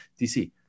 DC